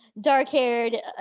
dark-haired